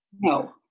No